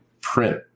print